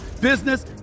business